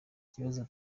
ikibazo